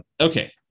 Okay